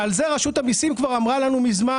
על זה רשות המסים כבר אמרה לנו מזמן,